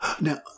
now